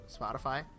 Spotify